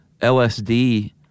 LSD